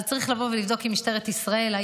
אז צריך לבוא ולבדוק עם משטרת ישראל אם